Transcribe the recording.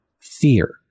fear